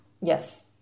Yes